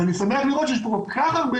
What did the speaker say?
ואני שמח לראות שיש פה כל כך הרבה